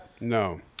No